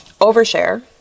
overshare